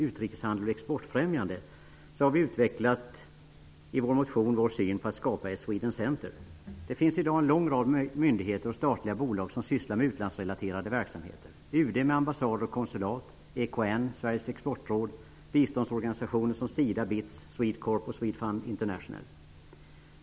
Utrikeshandel och exportfrämjande har vi i vår motion utvecklat vår syn på skapandet av ett Sweden Center. Det finns i dag en lång rad myndigheter och statliga bolag som sysslar med utlandsrelaterade verksamheter: UD BITS, Swedecorp och Swedfund International.